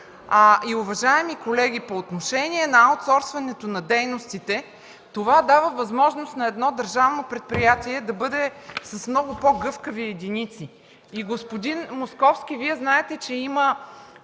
Уважаеми колеги, по отношение на аутсорсването на дейностите – това дава възможност на едно държавно предприятие да бъде с много по-гъвкави единици. Господин Московски, Вие знаете, че има